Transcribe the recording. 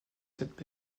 tête